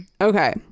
Okay